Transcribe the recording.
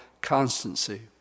Constancy